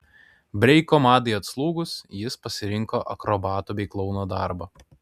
breiko madai atslūgus jis pasirinko akrobato bei klouno darbą